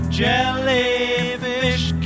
jellyfish